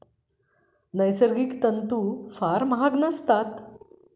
नैसर्गिक तंतू फार महाग नसतात